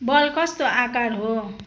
बल कस्तो आकार हो